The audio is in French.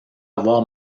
avoir